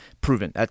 proven